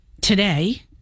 today